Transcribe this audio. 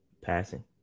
Passing